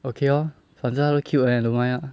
okay lor 反正她都 cute then I don't mind lah